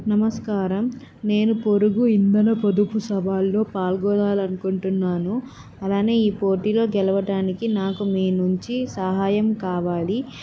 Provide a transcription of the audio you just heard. నమస్కారం నేను పొరుగు ఇంధన పొదుపు సవాల్లో పాల్గొనాలి అనుకుంటున్నాను అలానే ఈ పోటీలో గెలవటానికి నాకు మీ నుంచి సహాయం కావాలి